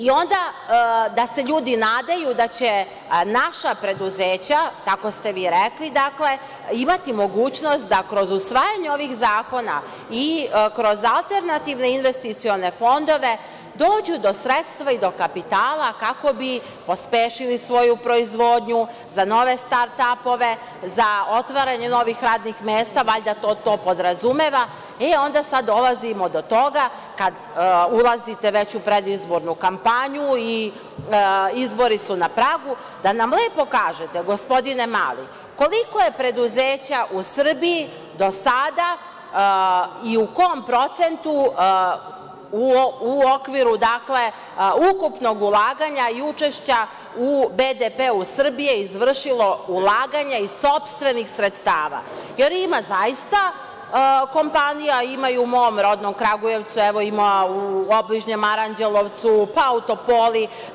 I onda da se ljudi nadaju da će naša preduzeća, tako ste vi rekli, dakle, imati mogućnost da kroz usvajanje ovih zakona i kroz alternativne investicione fondove dođu do sredstva i do kapitala kako bi pospešili svoju proizvodnju za nove strartapove, za otvaranje novih radnih mesta valjda to to podrazumeva, e onda sad dolazimo do toga kada ulazite već u predizbornu kampanju i izbori su na pragu, da nam lepo kažete, gospodine Mali, koliko je preduzeća u Srbiji do sada i u kom procentu u okviru ukupnog ulaganja i učešća u BDP-u Srbije izvršilo ulaganje iz sopstvenih sredstava, jer ima zaista kompanija, ima i u m om rodnom Kragujevcu, evo, ima u obližnjem Aranđelovcu, pa u Topolu.